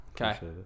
Okay